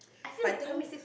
but I think